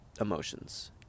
emotions